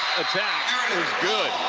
attack good.